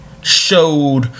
showed